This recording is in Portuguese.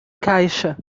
caixa